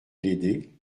l’aider